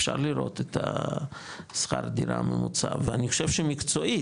אפשר לראות את השכר דירה הממוצע ואני חושב שמקצועית,